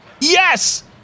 Yes